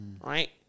right